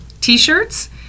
t-shirts